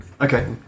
Okay